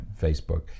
Facebook